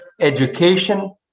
education